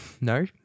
No